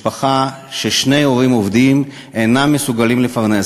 משפחה ששני ההורים עובדים, הם אינם מסוגלים לפרנס.